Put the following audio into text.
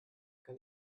kann